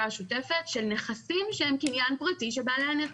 השוטפת של נכסים שהם קניין פרטי של בעלי הנכס.